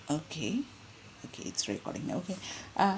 okay okay it's recording now okay uh